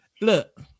Look